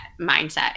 mindset